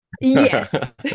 Yes